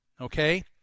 okay